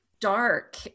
Dark